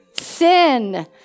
Sin